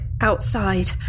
outside